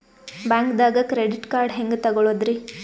ಬ್ಯಾಂಕ್ದಾಗ credit card ಹೆಂಗ್ ತಗೊಳದ್ರಿ?